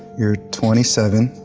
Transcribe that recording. you're twenty seven.